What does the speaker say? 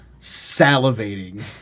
salivating